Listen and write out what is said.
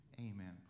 Amen